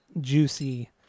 juicy